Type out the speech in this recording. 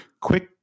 quick